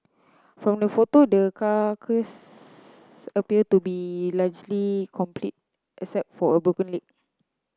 from the photo the carcass appear to be largely complete except for a broken leg